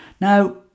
Now